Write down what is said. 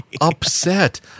upset